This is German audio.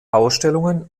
ausstellungen